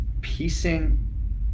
piecing